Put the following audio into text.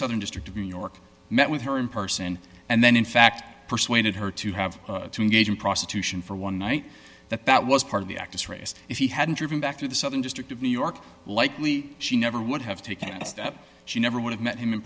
southern district of new york met with her in person and then in fact persuaded her to have to engage in prostitution for one night that that was part of the act is race if he hadn't driven back to the southern district of new york likely she never would have taken notice that she never would have met him in